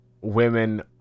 women